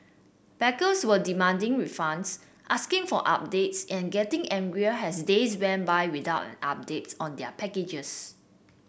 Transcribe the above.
backers were demanding refunds asking for updates and getting angrier as days went by without an update on their packages